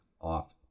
off